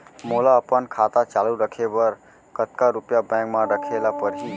मोला अपन खाता चालू रखे बर कतका रुपिया बैंक म रखे ला परही?